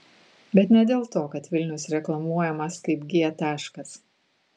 bet ne dėl to kad vilnius reklamuojamas kaip g taškas